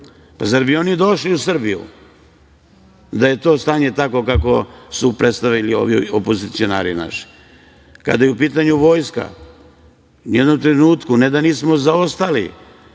Zar bi oni došli u Srbiju da je to stanje takvo kako su predstavili ovi opozicionari naši. Kada je u pitanju Vojska, u jednom trenutku ne da nismo zaostali,